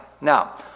Now